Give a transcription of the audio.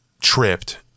tripped